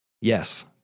Yes